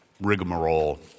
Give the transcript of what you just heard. rigmarole